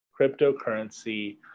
Cryptocurrency